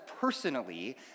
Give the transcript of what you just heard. personally